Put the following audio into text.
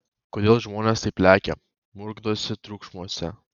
kodėl žmonės taip lekia murkdosi triukšmuose